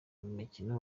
mikino